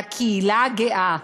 לקהילה הגאה.